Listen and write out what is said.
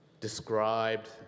described